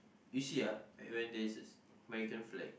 you see ah when there's there's American flag